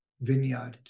vineyard